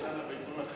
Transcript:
ההצעה להעביר את